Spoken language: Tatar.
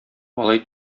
алай